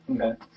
Okay